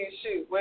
shoot